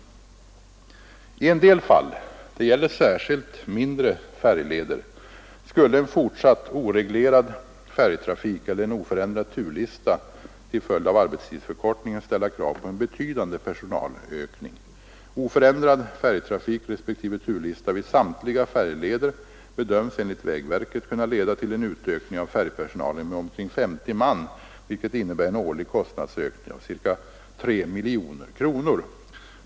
I en del fall — det gäller särskilt mindre färjleder — skulle en fortsatt oreglerad färjtrafik eller en oförändrad turlista till följd av arbetstidsförkortningen ställa krav på en betydande personalökning. Oförändrad färjtrafik respektive turlista vid samtliga färjleder bedöms enligt vägverket kunna leda till en utökning av färjpersonalen med omkring 50 man vilket innebär en årlig kostnadsökning av ca 3 miljoner kronor.